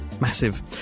massive